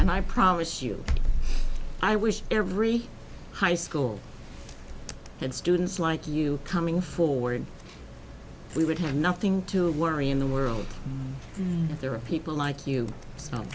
and i promise you i wish every high school students like you coming forward we would have nothing to worry in the world there are people like you k